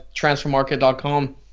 transfermarket.com